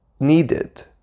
needed